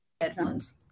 Headphones